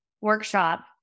workshop